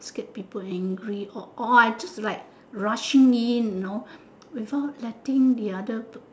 take people laundry or I just like rushing in you know without letting the other